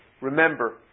Remember